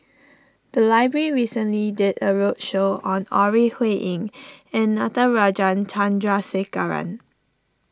the library recently did a roadshow on Ore Huiying and Natarajan Chandrasekaran